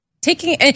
Taking